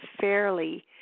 fairly